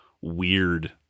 weird